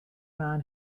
man